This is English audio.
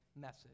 message